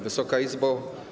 Wysoka Izbo!